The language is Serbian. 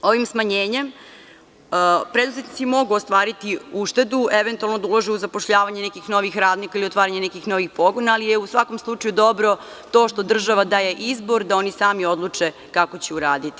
Ovim smanjenjem preduzetnici mogu ostvariti uštedu eventualno da ulažu u zapošljavanje nekih novih radnika ili otvaranje nekih novih pogona, ali je u svakom slučaju dobro to što država daje izbor da oni sami odluče kako će uraditi.